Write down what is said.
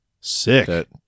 Sick